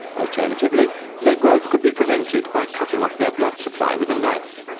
alternatively their growth could be prevented by cutting off their blood supply with a knife.